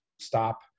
stop